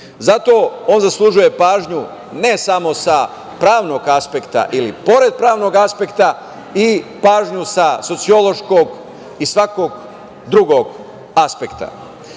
on zaslužuje pažnju, ne samo sa pravnog aspekta ili pored pravnog aspekta i pažnju sa sociološkog i svakog drugog aspekta. Naravno,